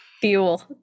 Fuel